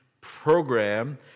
program